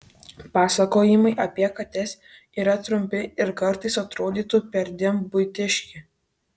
pasakojimai apie kates yra trumpi ir kartais atrodytų perdėm buitiški